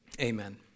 Amen